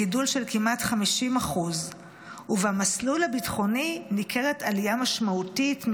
גידול של כמעט 50%. במסלול הביטחוני ניכרת עליה משמעותית,